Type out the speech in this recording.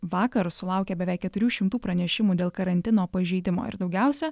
vakar sulaukė beveik keturių šimtų pranešimų dėl karantino pažeidimo ir daugiausia